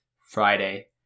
Friday